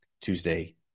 Tuesday